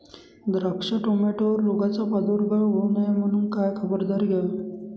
द्राक्ष, टोमॅटोवर रोगाचा प्रादुर्भाव होऊ नये म्हणून काय खबरदारी घ्यावी?